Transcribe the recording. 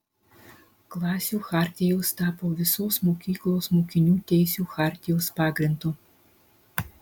klasių chartijos tapo visos mokyklos mokinių teisių chartijos pagrindu